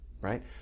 right